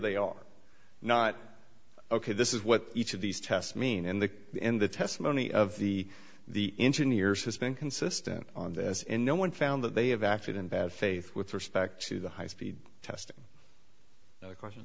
they are not ok this is what each of these tests mean in the end the testimony of the the engineers has been consistent on this and no one found that they have acted in bad faith with respect to the high speed testing question